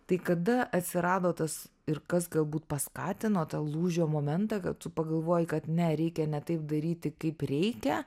tai kada atsirado tas ir kas galbūt paskatino tą lūžio momentą kad tu pagalvoji kad ne reikia ne taip daryti kaip reikia